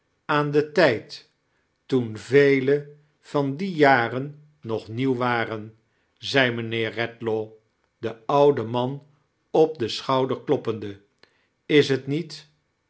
aan den tijd toen vele van die jaren nog nieuw waren zei mijnheer redlaw den ouden man op den schouder kloppende is t niet